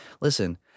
listen